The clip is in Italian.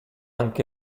anche